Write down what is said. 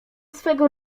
swego